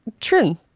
Trin